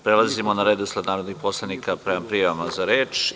Prelazimo na redosled narodnih poslanika prema prijavama za reč.